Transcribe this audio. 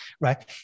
right